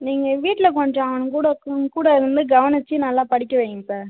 நீங்கள் வீட்டில் கொஞ்சம் அவன் கூட கூட நின்று கவனித்து நல்லா படிக்க வையுங்க சார்